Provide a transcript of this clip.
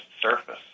surface